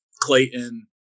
Clayton